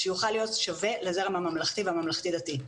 שיוכל להיות שווה לזרם הממלכתי והממלכתי דתי.